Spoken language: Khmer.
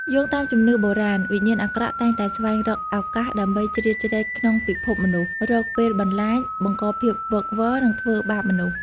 យោងតាមជំនឿបុរាណ វិញ្ញាណអាក្រក់តែងតែស្វែងរកឱកាសដើម្បីជ្រៀតជ្រែកក្នុងពិភពមនុស្ស រកពេលបន្លាច បង្កភាពវឹកវរ និងធ្វើបាបមនុស្ស។